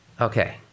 Okay